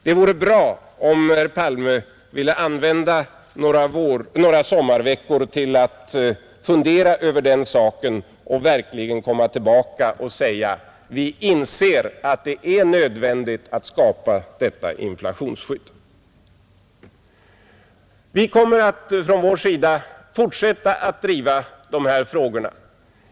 Det vore bra om herr Palme ville använda några sommarveckor till att fundera över den saken och verkligen komma tillbaka och säga: Vi inser att det är nödvändigt att skapa detta inflationsskydd. Vi kommer från vår sida att fortsätta att driva dessa frågor.